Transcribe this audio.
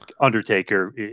Undertaker